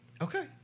Okay